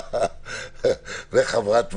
וחברת ועדה,